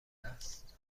است